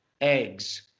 eggs